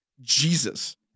Jesus